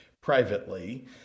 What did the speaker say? privately